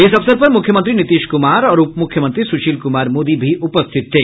इस अवसर पर मुख्यमंत्री नीतीश कुमार और उपमुख्यमंत्री सुशील कुमार मोदी भी उपस्थित थे